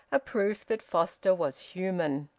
a proof that foster was human.